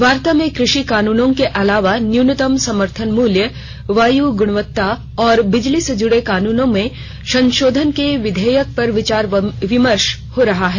वार्ता में कृषि कानूनों के अलावा न्यूनतम समर्थन मूल्य वायु गृणवत्ता और बिजली से जुड़े कानूनों में संशोधन के विधेयक पर विचार विमशें हो रहा है